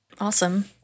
Awesome